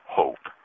hope